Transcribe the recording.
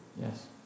Yes